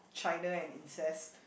China and incest